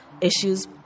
issues